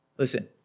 Listen